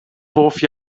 hoff